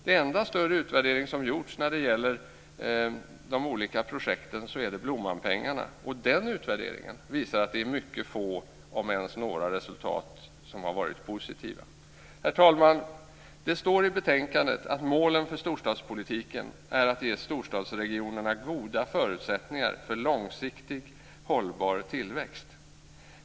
Den enda större utvärdering som gjorts av olika projekt gäller Blommanpengarna. Den utvärderingen visar att det är mycket få om ens några resultat som har varit positiva. Herr talman! Det står i betänkandet att målen för storstadspolitiken är att ge storstadsregionerna goda förutsättningar för långsiktig hållbar tillväxt.